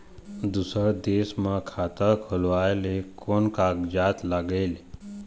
दूसर देश मा खाता खोलवाए ले कोन कागजात लागेल?